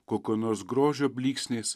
kokio nors grožio blyksniais